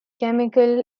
chemical